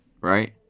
right